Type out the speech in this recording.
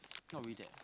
not really that